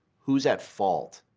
who's at fault,